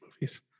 movies